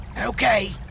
Okay